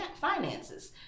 finances